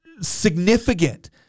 significant